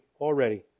already